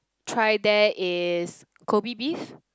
try there is Kobe beef